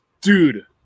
Dude